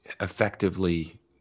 effectively